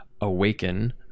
awaken